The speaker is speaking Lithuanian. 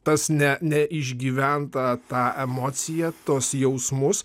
tas ne ne išgyventą tą emociją tuos jausmus